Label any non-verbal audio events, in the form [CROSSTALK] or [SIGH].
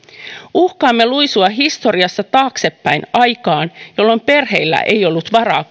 uhkaamme luisua historiassa taaksepäin aikaan jolloin perheillä ei ollut varaa [UNINTELLIGIBLE]